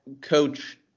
coach